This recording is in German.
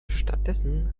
stattdessen